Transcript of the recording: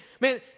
Man